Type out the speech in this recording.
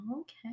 Okay